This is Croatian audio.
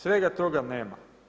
Svega toga nema.